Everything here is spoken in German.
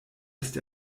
ist